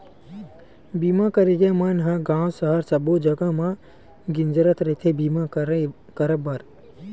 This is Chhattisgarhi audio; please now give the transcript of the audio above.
बीमा करइया मन ह गाँव सहर सब्बो जगा म गिंजरत रहिथे बीमा करब बर